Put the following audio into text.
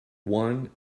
one